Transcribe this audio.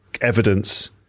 evidence